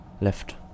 left